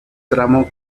tramo